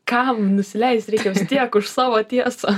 kam nusileist reikia vis tiek už savo tiesą